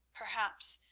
perhaps.